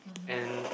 and